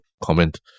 comment